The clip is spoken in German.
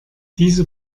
diese